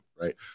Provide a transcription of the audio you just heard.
right